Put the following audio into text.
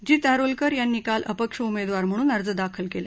जीत आरोलकर यांनी काल अपक्ष उमेदवार म्हणून अर्ज दाखल केला